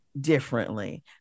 differently